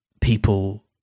people